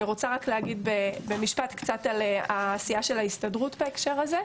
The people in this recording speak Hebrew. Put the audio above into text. אני רוצה להגיד רק במשפט קצר את העשייה של ההסתדרות בהקשר הזה: